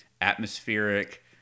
atmospheric